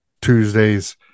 Tuesdays